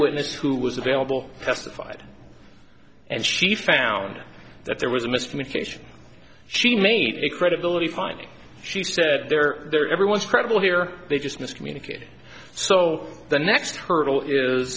witness who was available testified and she found that there was a miscommunication she made a credibility finding she said they're there everyone is credible here they just miscommunication so the next hurdle is